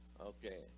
Okay